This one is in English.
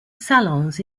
salons